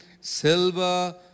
silver